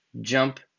Jump